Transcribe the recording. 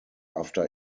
after